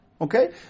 Okay